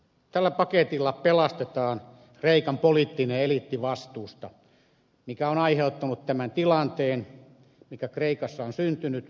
tällä paketilla pelastetaan kreikan poliittinen eliitti vastuusta siitä mikä on aiheuttanut tämän tilanteen mikä kreikassa on syntynyt